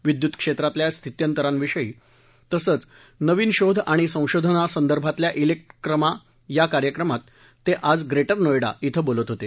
विद्युत क्षेत्रातल्या स्थित्यंतराविषयी तसंच नवीन शोध आणि संशोधनासंदर्भातल्या इलेक्रमा या कार्यक्रमात ते आज ग्रेडि नोएडा इथं बोलत होते